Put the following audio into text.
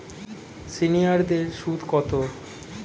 সিনিয়ারদের সুদ কত?